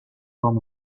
form